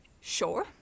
sure